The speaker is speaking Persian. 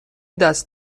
دست